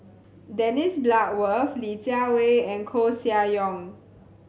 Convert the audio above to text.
Dennis Bloodworth Li Jiawei and Koeh Sia Yong